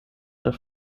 der